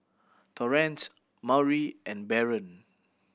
Torrance Maury and Baron